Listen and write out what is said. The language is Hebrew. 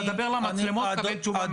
אם תדבר למצלמות, תקבל תשובה מהמצלמות.